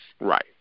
Right